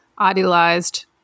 idealized